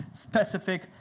specific